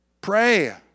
Pray